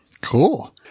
Cool